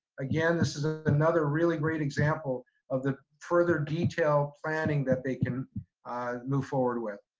again, this is ah another really great example of the further detail planning that they can move forward with.